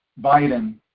Biden